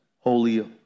holy